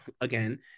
again